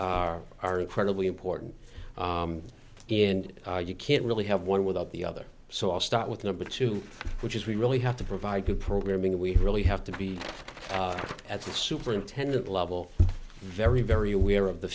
are are incredibly important and you can't really have one without the other so i'll start with number two which is we really have to provide the programming that we really have to be at the superintendent level very very aware of the